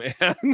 man